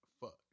Fuck